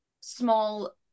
small